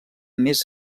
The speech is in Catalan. més